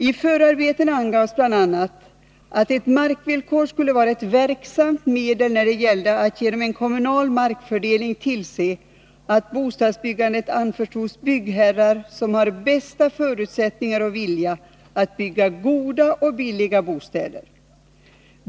I förarbetena angavs bl.a. att ett markvillkor skulle vara ett verksamt medel när det gällde att genom en kommunal markfördelning tillse att bostadsbyggandet anförtros byggherrar som har bästa förutsättningar och vilja att bygga goda och billiga bostäder.